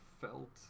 felt